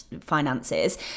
finances